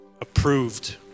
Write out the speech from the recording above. approved